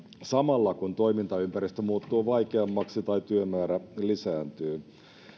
samalla kun toimintaympäristö muuttuu vaikeammaksi tai työmäärä lisääntyy